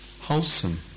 wholesome